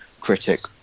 critic